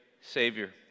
Savior